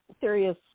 serious